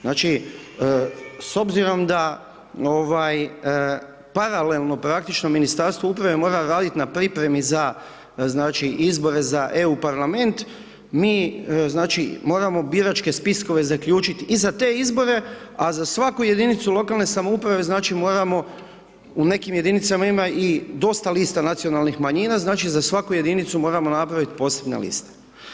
Znači, s obzirom da, ovaj, paralelno praktično Ministarstvo uprave mora raditi na pripremi za, znači, izbore za EU parlament, mi, znači, moramo biračke spiskove zaključiti i za te izbore, a za svaku jedinicu lokalne samouprave, znači, moramo, u nekim jedinicama ima i dosta lista nacionalnih manjina, znači, za svaku jedinicu moramo napraviti posebne liste.